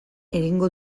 egingo